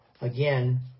again